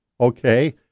okay